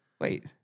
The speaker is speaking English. Wait